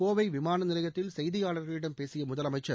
கோவை விமான நிலையத்தில் செய்தியாளர்களிடம் பேசிய முதலமைச்சர்